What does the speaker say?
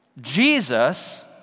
Jesus